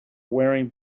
wearing